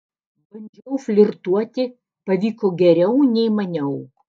bandžiau flirtuoti pavyko geriau nei maniau